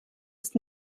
ist